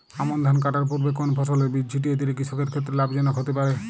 আমন ধান কাটার পূর্বে কোন ফসলের বীজ ছিটিয়ে দিলে কৃষকের ক্ষেত্রে লাভজনক হতে পারে?